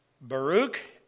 Baruch